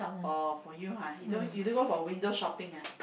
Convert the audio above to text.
oh for you ah you don't you don't go for window shopping ah